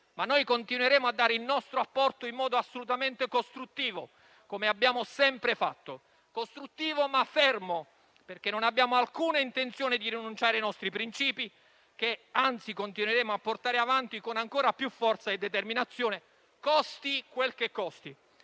ma noi continueremo a dare il nostro apporto in modo assolutamente costruttivo, come abbiamo sempre fatto. Un apporto costruttivo ma fermo, perché non abbiamo alcuna intenzione di rinunciare ai nostri principi, che anzi continueremo a portare avanti con ancora più forza e determinazione, costi quel che costi.